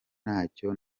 ntacyo